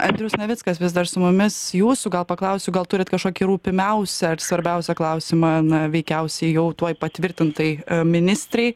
andrius navickas vis dar su mumis jūsų gal paklausiu gal turit kažkokį rūpimiausią ar svarbiausią klausimą na veikiausiai jau tuoj patvirtintai ministrei